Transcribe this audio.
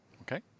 Okay